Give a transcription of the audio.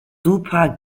super